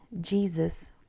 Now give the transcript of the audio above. Jesus